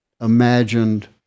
imagined